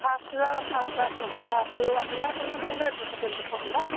ଫାଷ୍ଟରେ ଫାଷ୍ଟରୁ ଆସୁ ନଥିଲା ଫାଷ୍ଟରୁ ଆସିଲା ତ ମୁଁ ଟିକେ ଲେଟ୍ରେ ପକେଇଲି ତ ଫର୍ମ୍ଟା